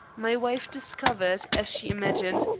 my wife discovered, as she imagined,